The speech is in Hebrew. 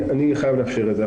אני חייב לאפשר את זה.